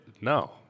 No